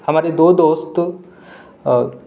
ہمارے دو دوست